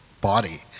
body